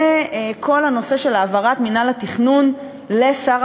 וכל הנושא של העברת מינהל התכנון לשר